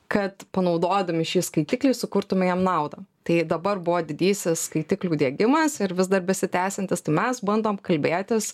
kad panaudodami šį skaitiklį sukurtume jam naudą tai dabar buvo didysis skaitiklių diegimas ir vis dar besitęsiantis tai mes bandom kalbėtis